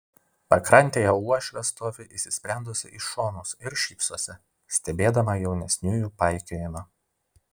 pakrantėje uošvė stovi įsisprendusi į šonus ir šypsosi stebėdama jaunesniųjų paikiojimą